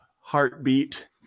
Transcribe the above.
heartbeat